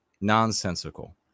nonsensical